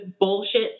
bullshit